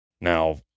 Now